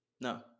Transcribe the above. No